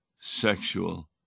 sexual